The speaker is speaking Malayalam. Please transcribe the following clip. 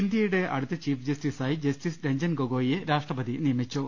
ഇന്ത്യയുടെ അടുത്ത ചീഫ് ജസ്റ്റിസായി ജസ്റ്റിസ് രഞ്ജൻ ഗോഗോയിയെ രാഷ്ട്രപതി നിയമിച്ചു